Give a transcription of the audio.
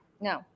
No